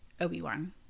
Obi-Wan